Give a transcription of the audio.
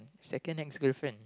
second ex girlfriend